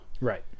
Right